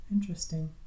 interesting